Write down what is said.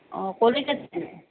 অঁ পলিটেকনিক